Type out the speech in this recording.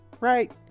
Right